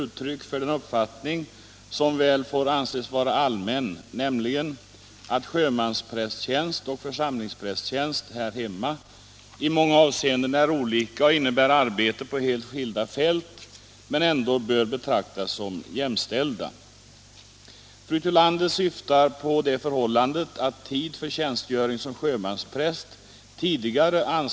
Sålunda gäller att till komministertjänst kan utses endast den som fullgjort prästerlig tjänstgöring inom svenska kyrkan minst ett år, och till tjänst som domprost och kyrkoherde kan utses endast den som förutom att han fyllt 30 år fullgjort prästerlig tjänstgöring inom svenska kyrkan minst tre år.